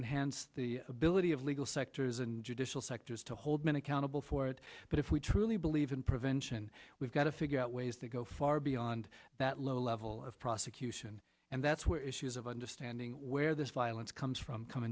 enhance the ability of legal sectors and judicial sectors to hold minute accountable for it but if we truly believe in prevention we've got to figure out ways to go far beyond that low level of prosecution and that's where issues of understanding where this violence comes from come